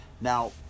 Now